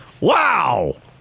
Wow